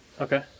Okay